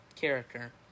character